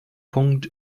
punkt